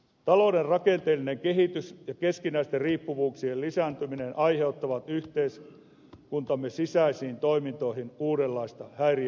talouden rakenteellinen kehitys ja keskinäisten riippuvuuksien lisääntyminen aiheuttavat yhteiskuntamme sisäisiin toimintoihin uudenlaista häiriöherkkyyttä